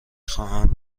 خواهم